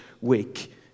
week